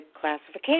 classification